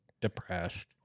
depressed